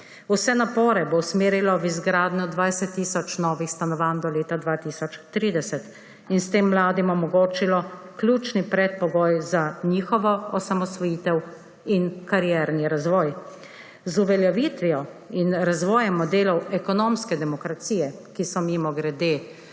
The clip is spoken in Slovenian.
Vse napore bo usmerilo v izgradnjo 20 tisoč novih stanovanj do leta 2030 in s tem mladim omogočilo ključni predpogoj za njihovo osamosvojitev in karierni razvoj. Z uveljavitvijo in razvojem modelom ekonomske demokracije, ki so mimogrede